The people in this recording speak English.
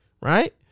right